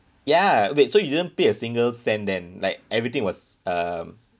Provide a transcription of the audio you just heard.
ya wait so you didn't pay a single cent then like everything was um